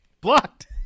Blocked